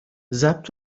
ضبط